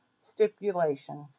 stipulation